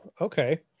okay